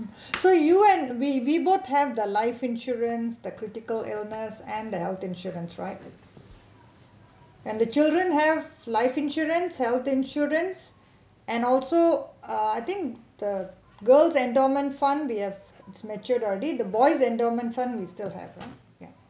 so you and we we both have the life insurance the critical illness and the health insurance right and the children have life insurance health insurance and also uh I think the girl's endowment fund we have matured already the boy's endowment fund is still happen ya